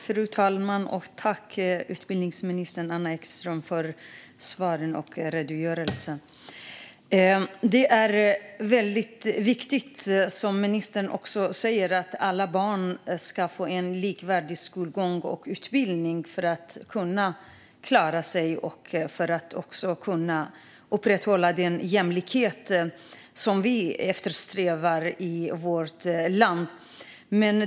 Fru talman! Tack, utbildningsminister Anna Ekström, för svaren och redogörelsen! Det är väldigt viktigt, som ministern också säger, att alla barn ska få en likvärdig skolgång och utbildning för att kunna klara sig och för att vi ska kunna upprätthålla den jämlikhet som vi eftersträvar i vårt land.